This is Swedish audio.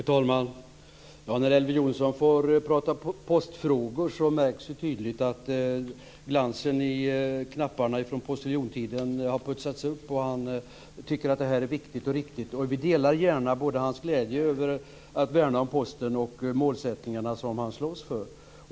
Fru talman! När Elver Jonsson får prata postfrågor märks det tydligt att glansen i knapparna från postiljontiden har putsats upp och att han tycker att det här är viktigt och riktigt. Vi delar gärna både hans glädje över att värna om Posten och de målsättningar som han slåss för.